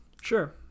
Sure